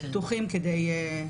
כפי שציינתי גם בדיון קודם,